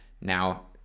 Now